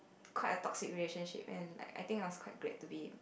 quite a toxic relationship and like I think I was quite glad to be